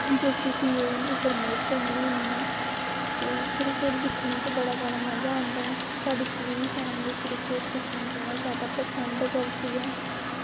J K C A गी प्रमोट करनी होन्नी आं ते क्रिकेट दिक्खनै च बड़ा जैदा मज़ा आंदा ऐ साढ़ी पूरी फैमिली क्रिकेट दिक्खना बड़ा जादा पसंद करदी ऐ